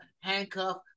handcuff